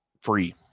free